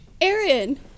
Aaron